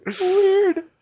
weird